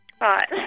Right